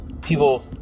people